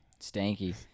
stanky